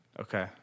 Okay